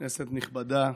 כנסת נכבדה,